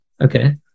Okay